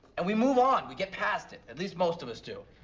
and we move on, we get past it. at least most of us do.